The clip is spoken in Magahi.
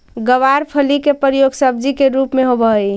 गवारफली के प्रयोग सब्जी के रूप में होवऽ हइ